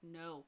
no